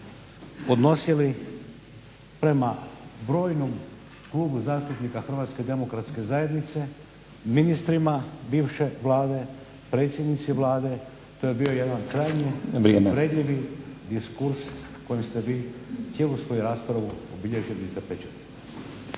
odnosili prema brojnom Klubu zastupnika HDZ-a, ministrima bivše Vlade, predsjednici Vlade. To je bio jedan krajnje uvredljivi diskurs kojim ste vi cijelu svoju raspravu obilježili i zapečatili.